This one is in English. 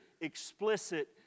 explicit